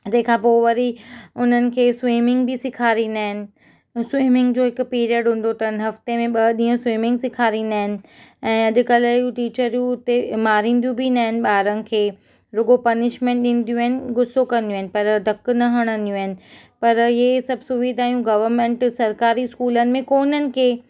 तंहिंखां पोइ वरी उन्हनि खे स्विमिंग बि सेखारींदा आहिनि स्विमिंग जो हिकु पीरियड हूंदो अथनि हफ़्ते में ॿ ॾींहं स्विमिंग सेखारींदा आहिनि ऐं अॼुकल्ह जूं टीचरूं उते मारींदियूं बि न आहिनि ॿारनि खे रुॻो पनिशमेंट ॾींदियूं आहिनि गुसो कंदियूं आहिनि पर धकु न हणंदियूं आहिनि पर इहे सभु सुविधाऊं गवर्मेंट सरकारी स्कूलनि में कोन्हनि के